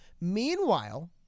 Meanwhile